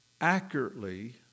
accurately